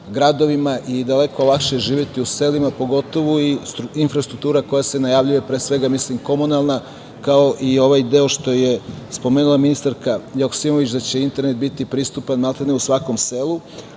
gradovima i daleko lakše živeti u selima pogotovo infrastruktura koja se najavljuje, pre svega, mislim komunalna kao i ovaj deo što je spomenula ministarka Joksimović da će internet biti pristupan maltene u svakom selu.